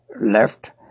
left